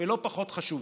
לא פחות חשובה: